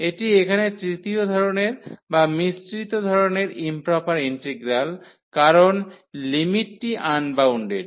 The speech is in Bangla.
এটি এখানে তৃতীয় ধরণের বা মিশ্রিত ধরণের ইম্প্রপার ইন্টিগ্রাল কারণ লিমিটটি আনবাউন্ডেড